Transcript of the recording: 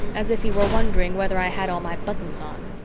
as if he were wondering whether i had all my buttons on.